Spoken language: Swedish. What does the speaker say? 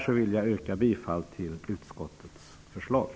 Med detta yrkar jag bifall till utskottets hemställan.